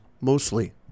mostly